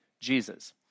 Jesus